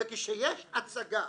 וכשיש הצגה